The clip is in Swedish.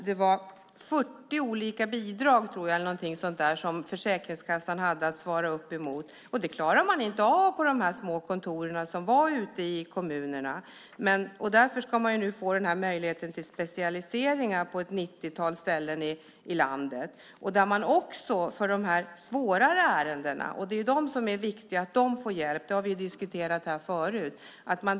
Det var 40 olika bidrag eller något sådant som Försäkringskassan hade att svara upp emot, och det klarar man inte av på de små kontor som fanns ute i kommunerna. Därför ska man nu få möjlighet till specialiseringar på ett 90-tal ställen i landet där man också får de svårare ärendena. Det är ju viktigt att de får hjälp - det har vi diskuterat förut.